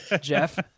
Jeff